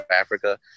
Africa